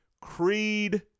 Creed